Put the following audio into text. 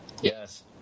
Yes